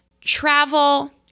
travel